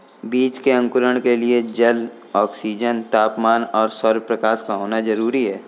बीज के अंकुरण के लिए जल, ऑक्सीजन, तापमान और सौरप्रकाश का होना जरूरी है